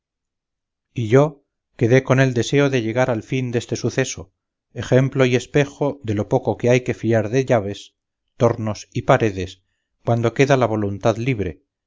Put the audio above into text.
y yo quedé con el deseo de llegar al fin deste suceso ejemplo y espejo de lo poco que hay que fiar de llaves tornos y paredes cuando queda la voluntad libre